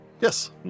yes